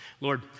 Lord